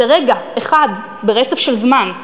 זה רגע אחד ברצף של זמן.